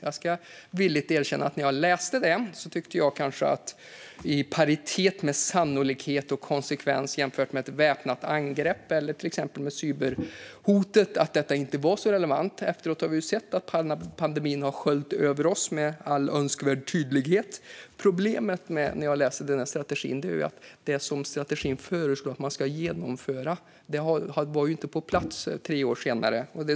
Jag ska villigt erkänna att jag när jag läste det kanske inte tyckte att detta var så relevant att det var i paritet med exempelvis ett väpnat angrepp eller cyberhotet med avseende på sannolikhet och konsekvens. Efteråt har vi ju sett att pandemin sköljt över oss med all önskvärd tydlighet. Problemet jag ser när jag läser den här strategin är att det som strategin föreslår att man ska genomföra inte var på plats tre år senare.